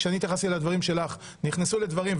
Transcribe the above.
כשהתייחסתי לדברים שלך - נכנסו לדברים.